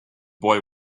boy